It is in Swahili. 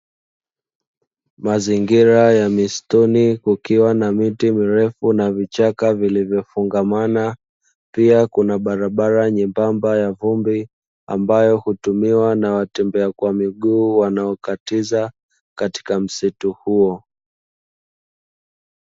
Mazingira ya misituni kukiwa na miti mirefu na vichaka vilivofungamana, pia kuna barabara nyembamba ya vumbi ambayo hutumiwa na watembea kwa miguu wanaokatiza katika msitu huo.